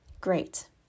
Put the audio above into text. Great